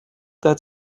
that